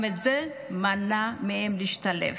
גם זה מנע מהם להשתלב.